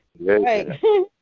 right